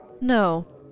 No